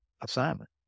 assignment